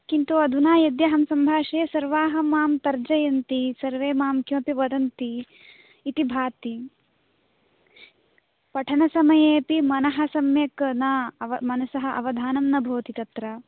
किन्तु अधुना यद्यहं सम्भाष्ये सर्वाः मां तर्जयन्ति सर्वे मां किमपि वदन्ति इति भाति पठनसमयेपि मनः सम्यक् न मनसः अवधानं न भवति तत्र